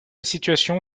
situation